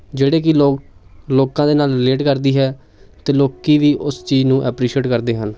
ਜਿਹੜੇ ਕਿ ਲੋਕ ਲੋਕਾਂ ਦੇ ਨਾਲ ਰਿਲੇਟ ਕਰਦੀ ਹੈ ਅਤੇ ਲੋਕ ਵੀ ਉਸ ਚੀਜ਼ ਨੂੰ ਐਪਰੀਸ਼ੀਏਟ ਕਰਦੇ ਹਨ